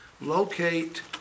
Locate